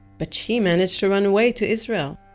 but she managed to run away to israel.